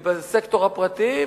ובסקטור הפרטי,